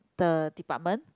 the department